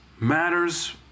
matters